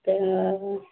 تو